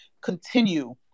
continue